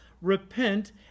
repent